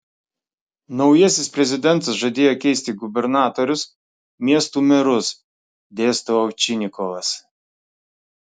naujasis prezidentas žadėjo keisti gubernatorius miestų merus dėsto ovčinikovas